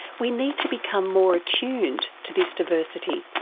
we need to become more attuned to this diversity.